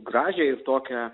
gražią ir tokią